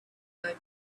could